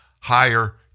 higher